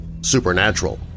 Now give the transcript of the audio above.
supernatural